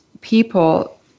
people